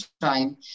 time